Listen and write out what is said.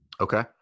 okay